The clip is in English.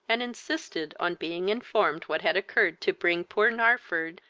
and insisted on being informed what had occurred to bring poor narford,